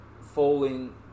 falling